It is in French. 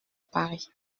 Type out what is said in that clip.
paris